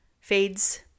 fades